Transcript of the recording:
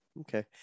Okay